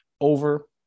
over